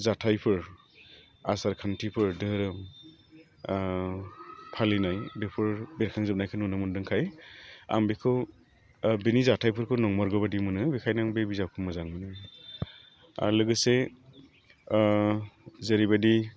जाथायफोर आसारखान्थिफोर दोहोरोम फालिनाय बेफोर बेरखां जोबनायखौ नुनो मोनदोंखाय आं बिखौ बिनि जाथायफोरखौ नोंमारगौ बायदि मोनो बेखायनो आं बे बिजाबखौ मोजां मोनो आर लोगोसे जेरैबायदि